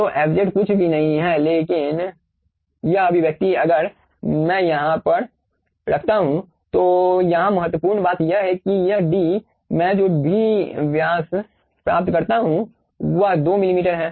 तो fz कुछ भी नहीं है लेकिन यह अभिव्यक्ति अगर मैं यहाँ पर रखता हूँ तो यहाँ महत्वपूर्ण बात यह है कि यह d मैं जो भी व्यास प्राप्त करना चाहता हूँ वह 2 मिमी है